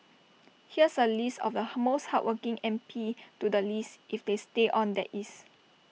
here's A list of the most hardworking M P to the least if they stay on that is